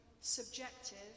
subjective